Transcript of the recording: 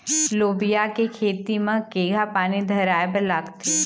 लोबिया के खेती म केघा पानी धराएबर लागथे?